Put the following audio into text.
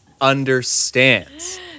understands